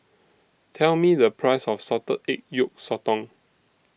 Tell Me The Price of Salted Egg Yolk Sotong